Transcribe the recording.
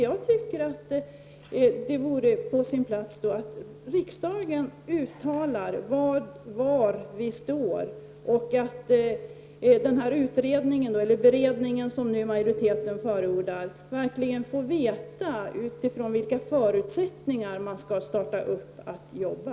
Jag anser att det vore på sin plats att riksdagen uttalar var vi.står och att den här beredningen som majoriteten förordar verkligen får veta utifrån vilka förutsättningar man skall sätta i gång att jobba.